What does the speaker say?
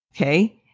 Okay